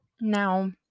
now